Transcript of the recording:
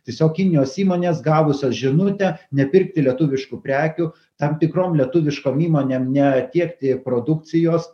tiesiog kinijos įmonės gavusios žinutę nepirkti lietuviškų prekių tam tikrom lietuviškom įmonėm ne tiekti produkcijos